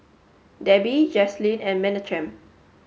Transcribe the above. Debby Jaslene and Menachem